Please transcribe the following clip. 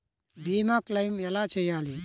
భీమ క్లెయిం ఎలా చేయాలి?